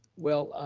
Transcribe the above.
well,